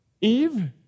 Eve